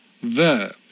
Verb